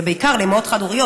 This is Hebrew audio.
ובעיקר אימהות חד-הוריות,